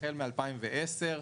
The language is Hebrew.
החל מ-2010,